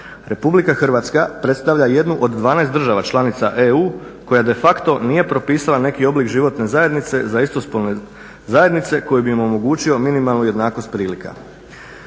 Republika Hrvatska predstavlja jednu od 12 država članica EU koja de facto nije propisala neki oblik životne zajednice za istospolne zajednice koji bi im omogućio minimalnu jednakost prilika.